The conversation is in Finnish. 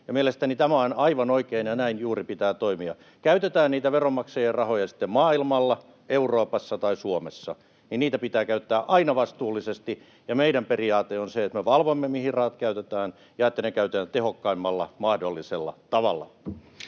Mielestäni tämä on aivan oikein, ja näin juuri pitää toimia. Käytetään niitä veronmaksajien rahoja sitten maailmalla, Euroopassa tai Suomessa, niin niitä pitää käyttää aina vastuullisesti. Meidän periaatteemme on se, että me valvomme, mihin rahat käytetään ja että ne käytetään tehokkaimmalla mahdollisella tavalla.